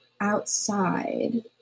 outside